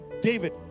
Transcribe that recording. David